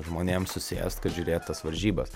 žmonėm susėst kad žiūrėt tas varžybas